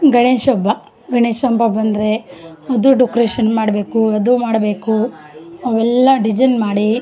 ಗಣೇಶ ಹಬ್ಬ ಗಣೇಶ ಹಬ್ಬ ಬಂದರೆ ಅದು ಡೊಕ್ರೇಶನ್ ಮಾಡಬೇಕು ಅದು ಮಾಡಬೇಕು ಅವೆಲ್ಲ ಡಿಜೆನ್ ಮಾಡಿ